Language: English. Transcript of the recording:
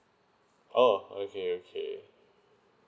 oh okay okay